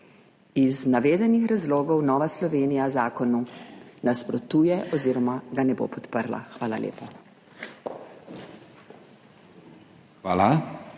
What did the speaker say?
Iz navedenih razlogov Nova Slovenija zakonu nasprotuje oziroma ga ne bo podprla. Hvala lepa.